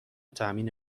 تأمین